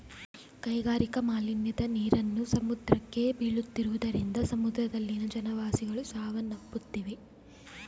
ಕೈಗಾರಿಕಾ ಮಾಲಿನ್ಯದ ನೀರನ್ನು ಸಮುದ್ರಕ್ಕೆ ಬೀಳುತ್ತಿರುವುದರಿಂದ ಸಮುದ್ರದಲ್ಲಿನ ಜಲವಾಸಿಗಳು ಸಾವನ್ನಪ್ಪುತ್ತಿವೆ